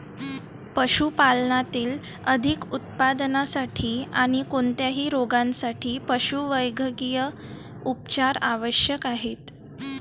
पशुपालनातील अधिक उत्पादनासाठी आणी कोणत्याही रोगांसाठी पशुवैद्यकीय उपचार आवश्यक आहेत